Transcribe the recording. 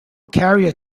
carrier